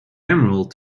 emerald